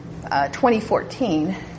2014